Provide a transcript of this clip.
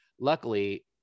Luckily